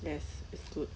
yes it's good